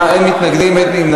29 בעד, אין מתנגדים, אין נמנעים.